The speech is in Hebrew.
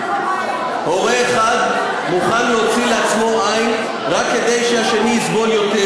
הורה אחד מוכן להוציא לעצמו עין רק כדי שהשני יסבול יותר.